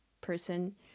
person